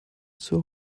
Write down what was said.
zur